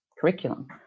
curriculum